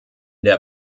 der